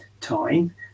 time